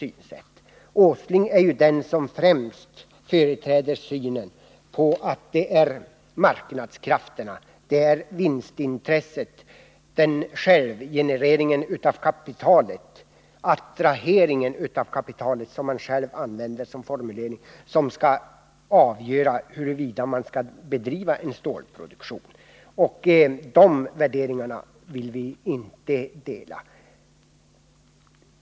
Nils Åsling är ju den som främst företräder uppfattningen att det är marknadskrafterna och vinstintresset — självgenereringen av kapitalet och attraheringen av kapitalet, som han själv formulerade det —- som skall avgöra huruvida man skall bedriva en stålproduktion eller inte. De värderingarna vill vi inte dela.